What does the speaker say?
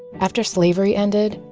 after slavery ended,